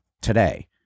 today